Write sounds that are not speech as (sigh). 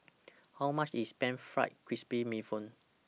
(noise) How much IS Pan Fried Crispy Bee Hoon